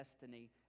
destiny